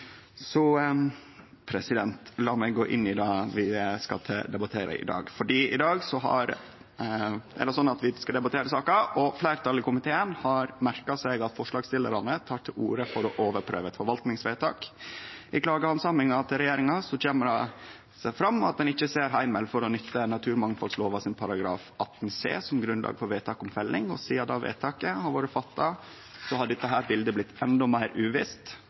så gå inn i det vi skal debattere i dag. I dag skal vi debattere saka, og fleirtalet i komiteen har merka seg at forslagsstillarane tek til orde for å overprøve eit forvaltingsvedtak. I klagehandsaminga til regjeringa kjem det fram at ein ikkje ser heimel for å nytte naturmangfaldlova § 18 c som grunnlag for vedtak om felling, og sidan det vedtaket blei fatta, har dette biletet blitt endå meir